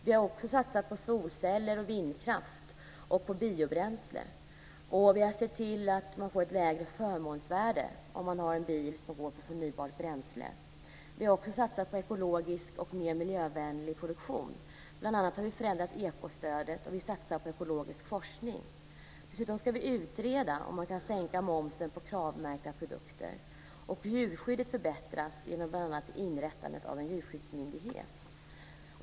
Vi har också satsat på solceller, vindkraft och biobränsle. Vi har sett till att man får ett lägre förmånsvärde om man har en bil som går på förnybart bränsle. Vi har också satsat på ekologisk och mer miljövänlig produktion. Bl.a. har vi förändrat ekostödet, och vi satsar på ekologisk forskning. Dessutom ska vi utreda om man kan sänka momsen på Kravmärkta produkter. Djurskyddet förbättras bl.a. genom inrättandet av en djurskyddsmyndighet.